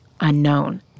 unknown